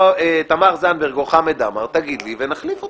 תמר זנדברג או חמד עמאר, תגיד לי ונחליף אותם.